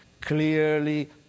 clearly